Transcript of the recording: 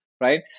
right